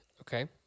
Okay